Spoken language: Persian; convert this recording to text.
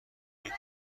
گلیه